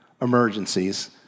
emergencies